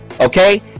Okay